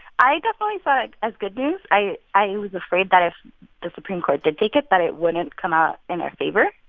i definitely saw it as good news. i i was afraid that if the supreme court did take it, that it wouldn't come out in our favor.